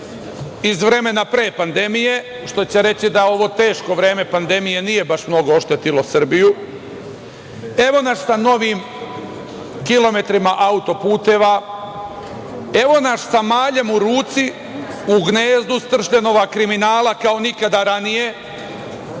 iz vremena pre pandemije, što će reći da ovo teško vreme pandemije nije baš mnogo oštetilo Srbiju. Evo nas na novim kilometrima auto-puteva. Evo nas sa maljem u ruci u gnezdu stršljenova kriminala kao nikada ranije.